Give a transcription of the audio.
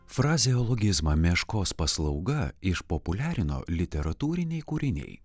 frazeologizmą meškos paslauga išpopuliarino literatūriniai kūriniai